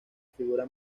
figura